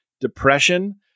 depression